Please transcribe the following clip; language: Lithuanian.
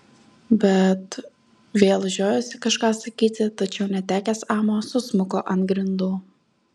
bet vėl žiojosi kažką sakyti tačiau netekęs amo susmuko ant grindų